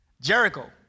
Jericho